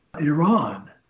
Iran